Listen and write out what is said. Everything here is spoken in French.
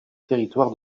territoire